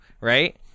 right